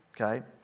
Okay